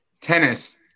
Tennis